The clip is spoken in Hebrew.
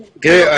תראו,